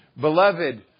Beloved